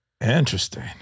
interesting